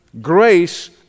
grace